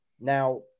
Now